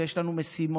ויש לנו משימות: